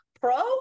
pro